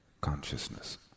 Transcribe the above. consciousness